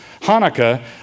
Hanukkah